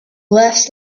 laughs